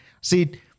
See